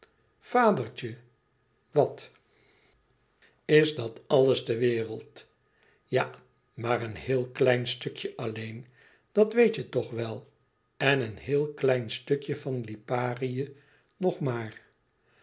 vadertje wat is dat alles de wereld ja maar een heel klein stukje alleen dat weet je toch wel en een heel klein stukje van liparië ook nog maar